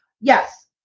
Yes